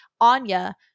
Anya